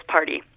Party